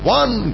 one